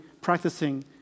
practicing